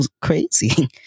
crazy